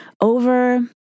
over